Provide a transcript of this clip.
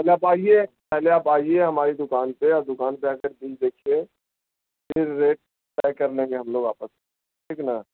پہلے آپ آئیے پہلے آپ آئیے ہماری دکان پہ اور دکان پہ آ کر بیج دیکھیے پھر ریٹ طے کر لیں گے ہم لوگ آپس میں ٹھیک ہے نا